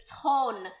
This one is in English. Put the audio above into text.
tone